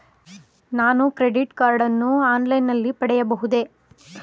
ನಾನು credit card ಅನ್ನು online ನಲ್ಲಿ ಪಡೆಯಬಹುದೇ?